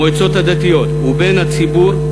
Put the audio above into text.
המועצות הדתיות והציבור,